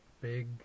big